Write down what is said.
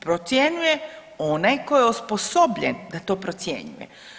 Procjenjuje onaj koji je osposobljen da to procjenjuje.